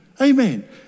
Amen